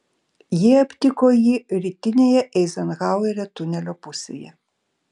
jie aptiko jį rytinėje eizenhauerio tunelio pusėje